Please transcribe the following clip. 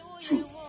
Two